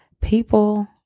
People